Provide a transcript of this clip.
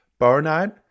burnout